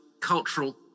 cultural